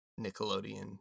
Nickelodeon